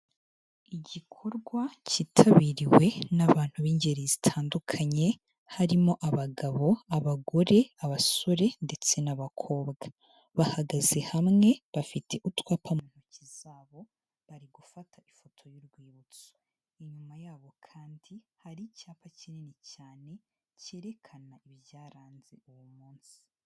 Igikorwa kitabiriwe n'abantu b'ingeri zitandukanye, harimo abagabo, abagore, abasore ndetse n'abakobwa. Bahagaze hamwe, bafite utwapa mu ntoki zabo, bari gufata ifoto y'urwibutso. Inyuma yabo kandi hari icyapa kinini cyane, kerekana ibyaranze uwo munsi.